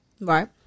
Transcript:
Right